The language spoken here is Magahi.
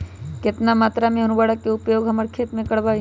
कितना मात्रा में हम उर्वरक के उपयोग हमर खेत में करबई?